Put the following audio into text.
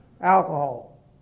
alcohol